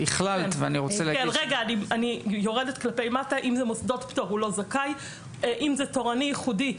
אם זה תורני ייחודי,